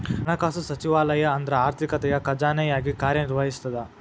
ಹಣಕಾಸು ಸಚಿವಾಲಯ ಅಂದ್ರ ಆರ್ಥಿಕತೆಯ ಖಜಾನೆಯಾಗಿ ಕಾರ್ಯ ನಿರ್ವಹಿಸ್ತದ